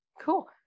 Cool